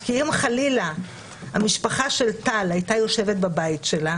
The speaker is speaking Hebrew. כי אם חלילה המשפחה של טל היתה יושבת בבית שלה